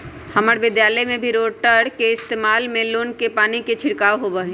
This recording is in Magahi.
हम्मर विद्यालय में भी रोटेटर के इस्तेमाल से लोन में पानी के छिड़काव होबा हई